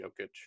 Jokic